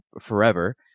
forever